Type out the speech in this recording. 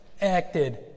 acted